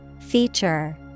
Feature